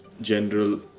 General